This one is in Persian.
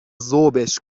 ذوبش